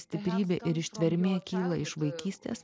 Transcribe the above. stiprybė ir ištvermė kyla iš vaikystės